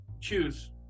choose